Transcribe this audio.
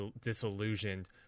disillusioned